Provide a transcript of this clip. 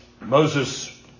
Moses